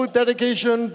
dedication